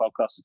podcast